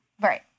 right